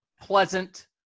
pleasant